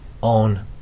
on